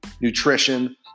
nutrition